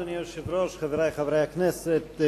אדוני היושב-ראש, חברי חברי הכנסת,